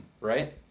right